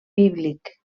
bíblic